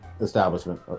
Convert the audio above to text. establishment